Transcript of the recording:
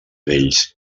bells